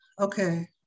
okay